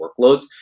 workloads